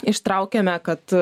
ištraukėme kad